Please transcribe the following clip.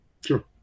Sure